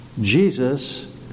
Jesus